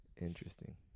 Interesting